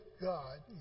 God